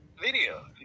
video